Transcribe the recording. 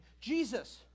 Jesus